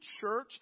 church